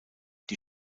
die